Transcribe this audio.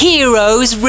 Heroes